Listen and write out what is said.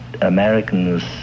americans